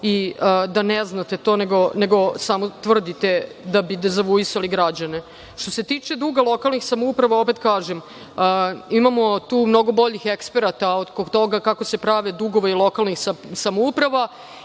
da ne znate to, nego samo tvrdite da bi dezavuisali građane. Što se tiče duga lokalnih samouprava, opet kažem – imamo tu mnogo boljih eksperata oko toga kako se prave dugovi lokalnih samouprava,